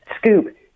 scoop